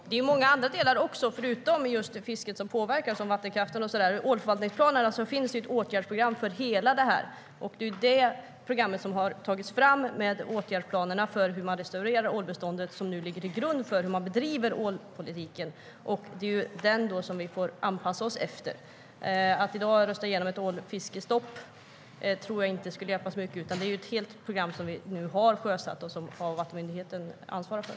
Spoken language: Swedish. Herr talman! Det är många andra delar som påverkar förutom fisket, till exempel vattenkraften. I ålförvaltningsplanen finns ett åtgärdsprogram för hela det här. Det är det programmet, med åtgärdsplanerna för restaurering av ålbeståndet, som nu ligger till grund för hur man bedriver ålpolitiken, och det är det vi får anpassa oss efter. Att i dag rösta igenom ett ålfiskestopp tror jag inte skulle hjälpa så mycket, utan vi har sjösatt ett helt program som Havs och vattenmyndigheten ansvarar för.